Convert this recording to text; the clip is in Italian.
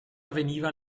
avveniva